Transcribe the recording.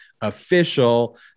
official